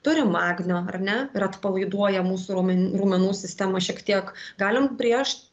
turi magnio ar ne ir atpalaiduoja mūsų raumen raumenų sistemą šiek tiek galim prieš